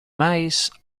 mice